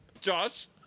Josh